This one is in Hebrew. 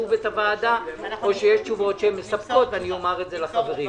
שוב את הוועדה או יש תשובות מספקות אומר את זה לחברים.